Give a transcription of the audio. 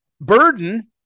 burden